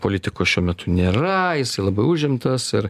politiko šiuo metu nėra jisai labai užimtas ir